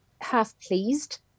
half-pleased